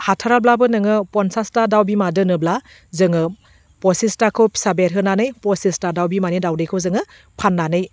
हाथाराबाबो नोङो फनसासथा दाउ बिमा दोनोब्ला जोङो फसिसथाखौ फिसा बेरहोनानै फसिसथा दाउ बिमानि दाउदैखौ जोङो फान्नानै